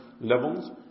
levels